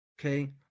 okay